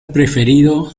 preferido